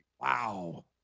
Wow